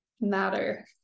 matter